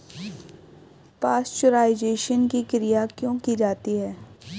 Pasteurisation की क्रिया क्यों की जाती है?